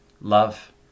Love